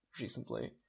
recently